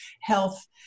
health